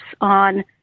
on